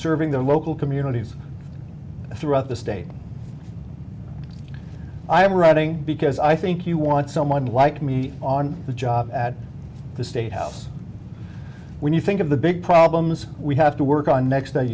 serving their local communities throughout the state i am reading because i think you want someone like me on the job at the state house when you think of the big problems we have to work on next